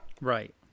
Right